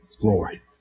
Glory